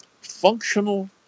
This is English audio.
functional